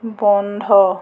বন্ধ